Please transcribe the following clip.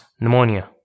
pneumonia